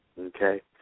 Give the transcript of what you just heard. Okay